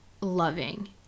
loving